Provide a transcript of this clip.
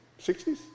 60s